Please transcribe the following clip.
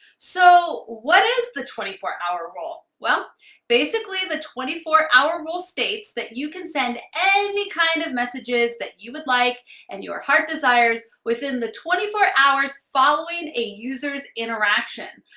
so what is the twenty four hour rule? well basically, the twenty four hour rule states that you can send any kind of messages that you would like and your heart desires within the twenty four hours following a user's interaction.